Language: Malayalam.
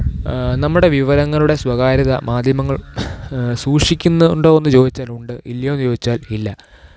നമ്മുടെ വിവരങ്ങളുടെ സ്വകാര്യത മാധ്യമങ്ങള് സൂക്ഷിക്കുന്നുണ്ടോയെന്നു ചോദിച്ചാല് ഉണ്ട് ഇല്ലയോ ചോദിച്ചാല് ഇല്ല